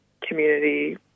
community